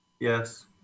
Yes